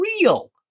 real